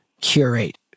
curate